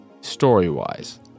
story-wise